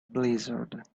blizzard